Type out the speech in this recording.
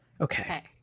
Okay